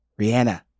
Rihanna